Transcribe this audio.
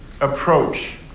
approach